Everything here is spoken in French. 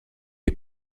les